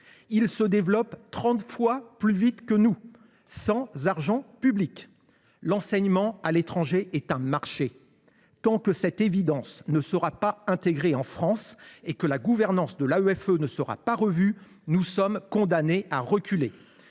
se développent 30 fois plus vite que les nôtres – et sans argent public ! L’enseignement à l’étranger est un marché. Tant que cette évidence ne sera pas intégrée en France et que la gouvernance de l’AEFE ne sera pas revue, nous serons condamnés à reculer.